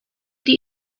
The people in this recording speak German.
die